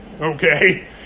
Okay